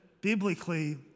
biblically